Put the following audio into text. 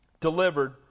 delivered